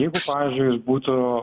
jeigu pavyzdžiui jis būtų